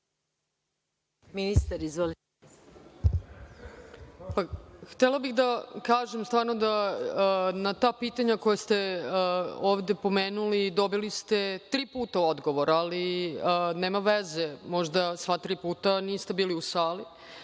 Brnabić** Htela bih da kažem da na ta pitanja koja ste ovde pomenuli dobili ste tri puta odgovor, ali nema veze, možda sva tri puta niste bili u sali,